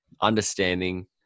understanding